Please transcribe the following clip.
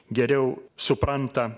geriau supranta